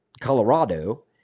colorado